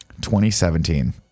2017